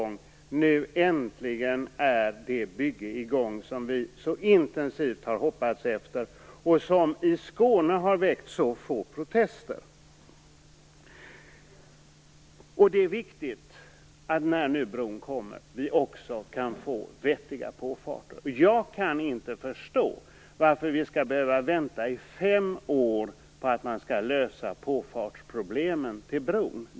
Nu är äntligen det bygge i gång som vi så intensivt har hoppats på, och som i Skåne har väckt så få protester. Det är viktigt att vi, när bron nu kommer, också kan få vettiga påfarter. Jag kan inte förstå varför vi skall behöva vänta i fem år på att man skall lösa brons påfartsproblem.